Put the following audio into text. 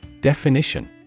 Definition